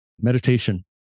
Meditation